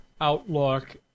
Outlook